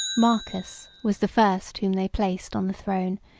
marcus was the first whom they placed on the throne,